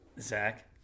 Zach